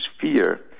fear